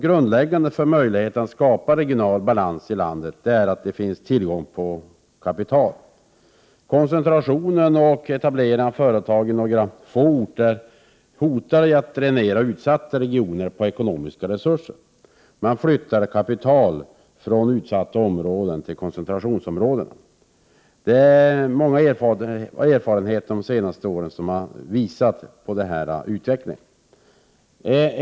Grundläggande för möjligheten att skapa regional balans i landet är utan tvivel att det finns tillgång på kapital. Koncentrationen och etableringen av företag i några få orter hotar att dränera utsatta regioner på ekonomiska resurser. Man flyttar kapital från utsatta områden till koncentrationsområden. Många erfarenheter de senaste åren har visat på denna utveckling.